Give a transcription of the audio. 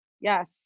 Yes